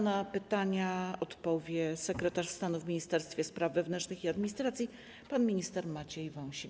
Na pytania odpowie sekretarz stanu w Ministerstwie Spraw Wewnętrznych i Administracji pan minister Maciej Wąsik.